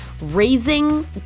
raising